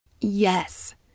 Yes